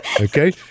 Okay